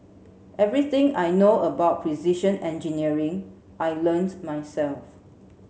everything I know about precision engineering I learnt myself